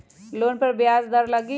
Loan पर ब्याज दर लगी?